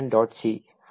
c